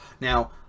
Now